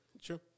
Sure